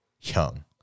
young